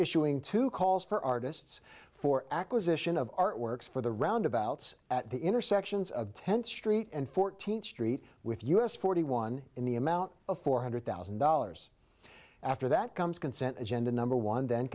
issuing two calls for artists for acquisition of artworks for the roundabouts at the intersections of tenth street and fourteenth street with us forty one in the amount of four hundred thousand dollars after that comes consent agenda number one then